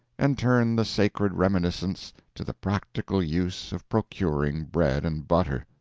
and turn the sacred reminiscence to the practical use of procuring bread and butter.